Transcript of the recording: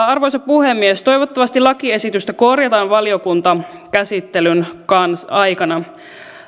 arvoisa puhemies toivottavasti lakiesitystä korjataan valiokuntakäsittelyn aikana